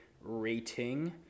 rating